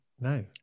no